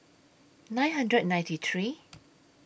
nine hundred and ninety three